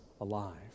alive